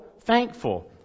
thankful